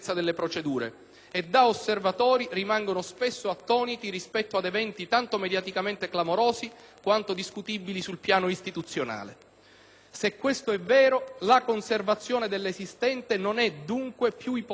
e da osservatori rimangono spesso attoniti rispetto ad eventi tanto mediaticamente clamorosi, quanto discutibili sul piano istituzionale. Se questo è vero, la conservazione dell'esistente non è, dunque, più ipotizzabile